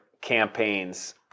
campaigns